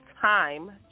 time